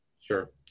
Sure